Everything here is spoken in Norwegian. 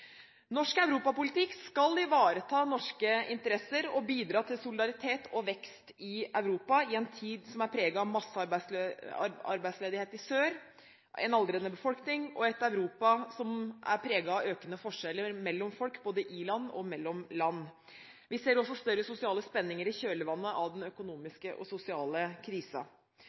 Norsk europapolitikk skal ivareta norske interesser og bidra til solidaritet og vekst i Europa i en tid som er preget av massearbeidsledighet i sør, en aldrende befolkning og et Europa som er preget av økende forskjeller mellom folk både i land og mellom land. Vi ser også større sosiale spenninger i kjølvannet av den økonomiske og sosiale